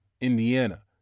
Indiana